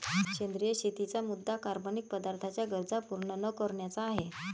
सेंद्रिय शेतीचा मुद्या कार्बनिक पदार्थांच्या गरजा पूर्ण न करण्याचा आहे